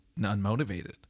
unmotivated